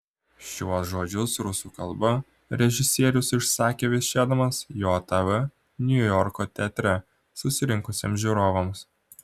šiuos žodžius rusų kalba režisierius išsakė viešėdamas jav niujorko teatre susirinkusiems žiūrovams